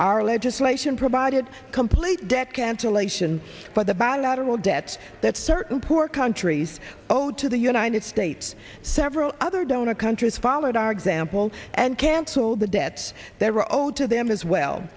our legislation provided complete debt cancellation by the bilateral debts that certain poor countries oh to the united states several other donor countries followed our example and cancelled the debts they were owed to them as well